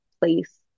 place